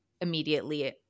immediately